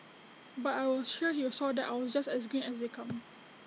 but I was sure he saw that I was just as green as they come